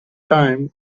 time